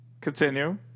Continue